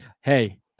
hey